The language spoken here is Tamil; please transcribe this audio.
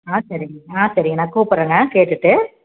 ஆ சரிங்க ஆ சரிங்க நான் கூப்புடறேங்க கேட்டுட்டு